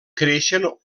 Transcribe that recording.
creixen